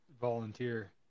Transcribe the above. Volunteer